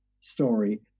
story